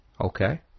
Okay